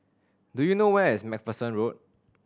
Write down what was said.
do you know where is Macpherson Road